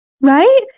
right